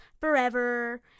forever